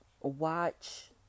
watch